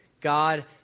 God